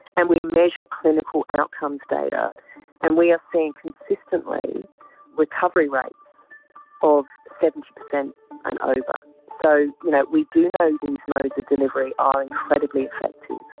and we measure clinical outcomes data and we are seeing consistently recovery rates of seventy percent and over. so you know we do know these modes of delivery are incredibly effective.